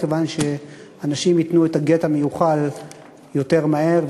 כיוון שאנשים ייתנו את הגט המיוחל יותר מהר,